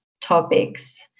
topics